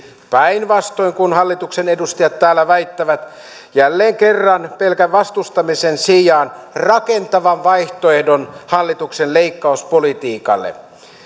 päinvastoin kuin hallituksen edustajat täällä väittävät jälleen kerran pelkän vastustamisen sijaan rakentavan vaihtoehdon hallituksen leikkauspolitiikalle